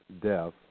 death